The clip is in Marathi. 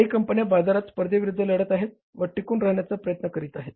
काही कंपन्या बाजारात स्पर्धेविरुद्ध लढत आहेत व टिकून राहण्याचा प्रयत्न करीत आहेत